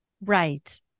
Right